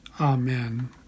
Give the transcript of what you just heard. Amen